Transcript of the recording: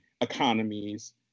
economies